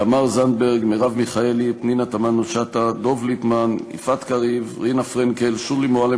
אתם ממשלה שלא אכפת לכם ממעמד